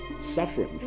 suffering